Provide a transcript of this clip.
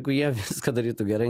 jeigu jie viską darytų gerai